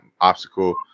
obstacle